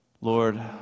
Lord